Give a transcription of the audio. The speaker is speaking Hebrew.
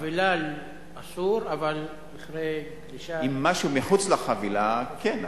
חבילה אסור, אבל גלישה, אם משהו מחוץ לחבילה, כן.